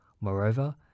Moreover